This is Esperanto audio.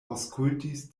aŭskultis